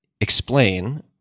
explain